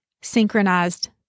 synchronized